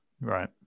right